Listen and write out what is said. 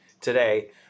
today